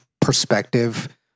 perspective